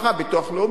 ביטוח לאומי,